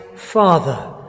Father